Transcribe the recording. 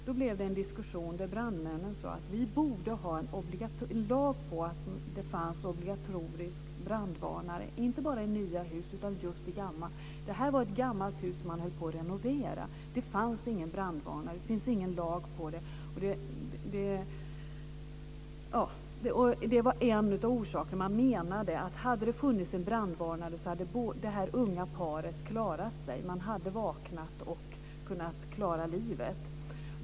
Då blev det en diskussion där brandmännen sade att vi borde ha lag på att det ska finnas brandvarnare, inte bara i nya hus utan just i gamla. Olyckan hände i ett gammalt hus som man höll på att renovera. Det fanns ingen brandvarnare. Det finns ingen lag på det. Det var en av orsakerna. Man menade att det unga paret hade klarat sig om det hade funnits en brandvarnare. De hade vaknat och kunnat klara livet.